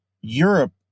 Europe